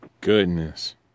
Goodness